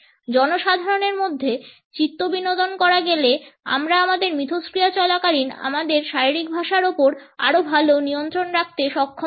জনসাধারণের মধ্যে চিত্তবিনোদন করা গেলে আমরা আমাদের মিথস্ক্রিয়া চলাকালীন আমাদের শারীরিক ভাষার উপর আরও ভাল নিয়ন্ত্রণ রাখতে সক্ষম হবো